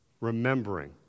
remembering